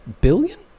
Billion